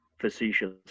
facetious